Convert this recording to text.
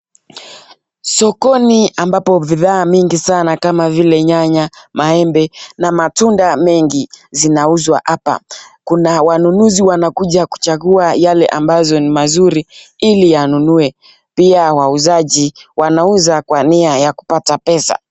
Sokoni ambapo vifaa mingi sana kama vile nyanya, maembe na matunda mengi zinauzwa. Apa kuna wanunuzi wanakuja kuchagua yale ambazo ni mazuri ili anunue. Pia wauzaji wanauza kwa nia ya kupata pesa.